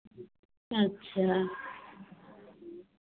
अच्छा